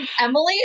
Emily